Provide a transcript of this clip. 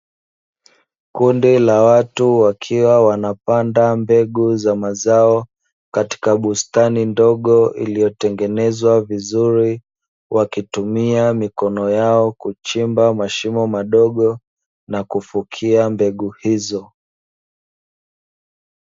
Kundi la watu wakiwa wanapanda mbegu za mazao katika bustani ndogo iliyotengenezwa vizuri, wakitumia mikono yao kuchimba mashimo madogo na kufukia mbegu hizo.